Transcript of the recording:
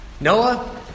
Noah